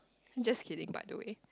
just kidding by the way